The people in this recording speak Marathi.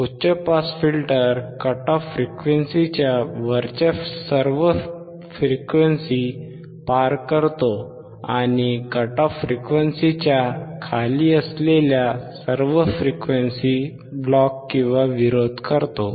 उच्च पास फिल्टर कट ऑफ फ्रिक्वेन्सीच्या वरच्या सर्व फ्रिक्वेन्सी पार करतो आणि कट ऑफ फ्रिक्वेन्सीच्या खाली असलेल्या सर्व फ्रिक्वेन्सी ब्लॉकविरोध करतो